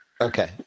Okay